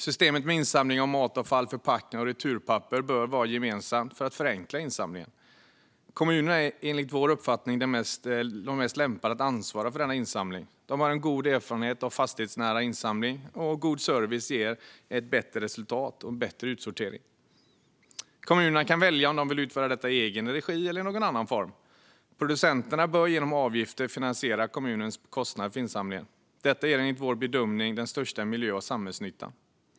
Systemet med insamling av matavfall, förpackningar och returpapper bör vara gemensamt för att förenkla insamlingen. Kommunerna är enligt vår uppfattning mest lämpade att ansvara för denna insamling. De har god erfarenhet av fastighetsnära insamling, och god service ger ett bättre resultat och en bättre utsortering. Kommunerna kan välja om de vill utföra detta i egen regi eller i någon annan form. Producenterna bör genom avgifter finansiera kommunernas kostnad för insamling. Detta ger enligt vår bedömning den största miljö och samhällsnyttan.